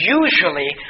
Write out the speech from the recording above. usually